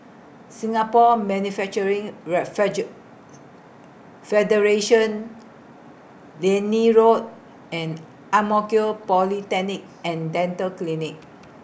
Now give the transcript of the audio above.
Singapore Manufacturing Refeju Federation Liane Road and Ang Mo Kio Polyclinic and Dental Clinic